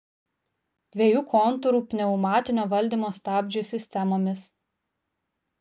dviejų kontūrų pneumatinio valdymo stabdžių sistemomis